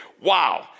Wow